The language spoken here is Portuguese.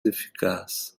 eficaz